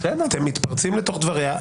אתם מתפרצים לתוך דבריה.